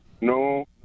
no